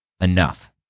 enough